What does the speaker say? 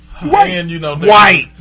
White